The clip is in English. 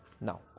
Now